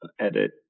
Edit